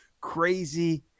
crazy